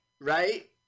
Right